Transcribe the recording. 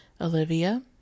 Olivia